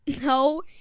No